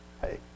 hey